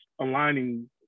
aligning